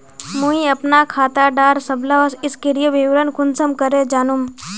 मुई अपना खाता डार सबला सक्रिय विवरण कुंसम करे जानुम?